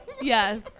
yes